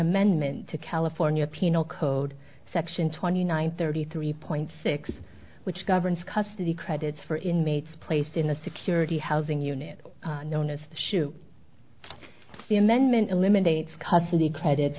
amendment to california penal code section twenty nine thirty three point six which governs custody credits for inmates placed in the security housing unit known as the shoe the amendment eliminates custody credits